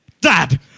Dad